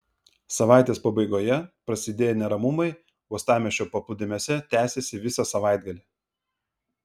savaitės pabaigoje prasidėję neramumai uostamiesčio paplūdimiuose tęsėsi visą savaitgalį